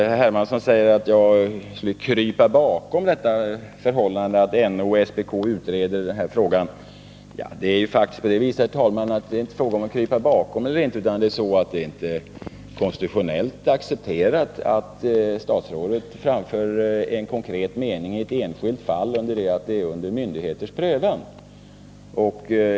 Herr Hermansson säger att jag skulle krypa bakom det faktum att NO och SPK utreder frågan. Det är faktiskt på det viset, herr talman, att det inte är fråga om att krypa bakom någonting, utan det är inte konstitutionellt accepterat att ett statsråd framför en konkret mening i ett enskilt fall under den tid det står under myndigheters prövning.